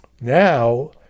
now